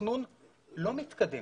התכנון לא מתקדם.